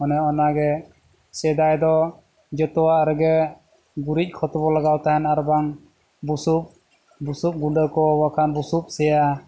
ᱚᱱᱮ ᱚᱱᱟ ᱜᱮ ᱥᱮᱫᱟᱭ ᱫᱚ ᱡᱚᱛᱚᱣᱟᱜ ᱨᱮᱜᱮ ᱜᱩᱨᱤᱡ ᱠᱷᱚᱛ ᱵᱚᱱ ᱞᱟᱜᱟᱣ ᱛᱟᱦᱮᱱ ᱟᱨ ᱵᱟᱝ ᱵᱩᱥᱩᱵ ᱵᱩᱥᱩᱵ ᱜᱩᱰᱟᱹ ᱠᱚ ᱵᱟᱠᱷᱟᱱ ᱵᱩᱥᱩᱵ ᱥᱮᱭᱟ